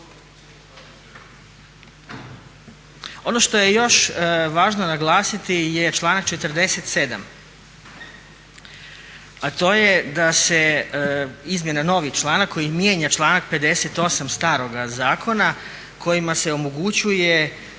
Ono što je još važno naglasiti je članak 47. a to je da se izmjeni novi članak koji mijenja članak 58. staroga zakona kojima se omogućuje